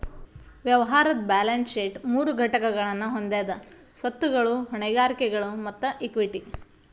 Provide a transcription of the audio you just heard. ವ್ಯವಹಾರದ್ balance sheet ಮೂರು ಘಟಕಗಳನ್ನ ಹೊಂದೆದ ಸ್ವತ್ತುಗಳು, ಹೊಣೆಗಾರಿಕೆಗಳು ಮತ್ತ ಇಕ್ವಿಟಿ